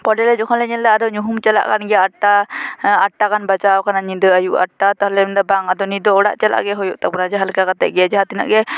ᱯᱚᱨᱮ ᱞᱮ ᱡᱚᱠᱷᱚᱱ ᱞᱮ ᱧᱮᱞ ᱮᱫᱟ ᱟᱨᱚ ᱧᱩᱦᱩᱢ ᱪᱟᱞᱟᱜ ᱠᱟᱱ ᱜᱮᱭᱟ ᱟᱴ ᱴᱟ ᱟᱴ ᱴᱟ ᱜᱟᱱ ᱵᱟᱡᱟᱣ ᱟᱠᱟᱱᱟ ᱧᱤᱫᱟᱹ ᱟᱹᱭᱩᱵ ᱟᱴ ᱴᱟ ᱛᱟᱦᱚᱞᱮ ᱵᱟᱝ ᱟᱫᱚ ᱱᱤᱛ ᱫᱚ ᱚᱲᱟᱜ ᱪᱟᱞᱟᱜ ᱜᱮ ᱦᱩᱭᱩᱜ ᱛᱟᱵᱚᱱᱟ ᱡᱟᱦᱟᱸ ᱞᱮᱠᱟ ᱠᱟᱛᱮᱫ ᱜᱮ ᱡᱟᱦᱟᱸ ᱛᱤᱱᱟᱹᱜ ᱜᱮ